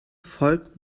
volk